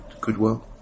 goodwill